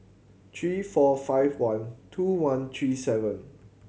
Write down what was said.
three four five one two one three seven